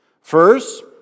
First